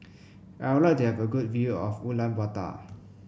I would like to have a good view of Ulaanbaatar